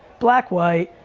black, white.